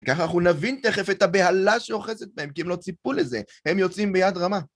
ככה אנחנו נבין תכף את הבהלה שאוחזת בהם, כי הם לא ציפו לזה, הם יוצאים ביד רמה.